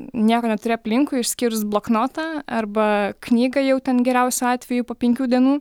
nieko neturi aplinkui išskyrus bloknotą arba knygą jau ten geriausiu atveju po penkių dienų